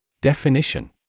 Definition